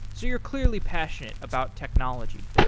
so you're clearly passionate about technology.